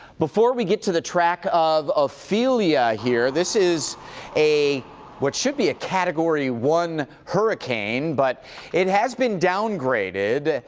before we get to the track of ophelia here, this is a what should be a category one hurricane, but it has been downgraded.